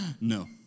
No